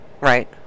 Right